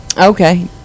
okay